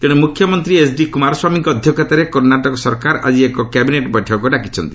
ତେଣେ ମୁଖ୍ୟମନ୍ତ୍ରୀ ଏଚ୍ଡି କୁମାର ସ୍ୱାମୀଙ୍କ ଅଧ୍ୟକ୍ଷତାରେ କର୍ଣ୍ଣାଟକ ସରକାର ଆଜି ଏକ କ୍ୟାବିନେଟ୍ ବୈଠକ ଡାକିଛନ୍ତି